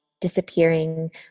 disappearing